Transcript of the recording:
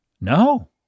No